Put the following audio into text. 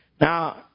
Now